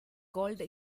called